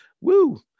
Woo